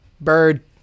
Bird